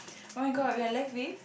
oh-my-god we're left with